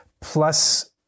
plus